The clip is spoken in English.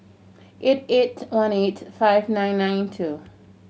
eight eight one eight five nine nine two